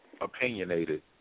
opinionated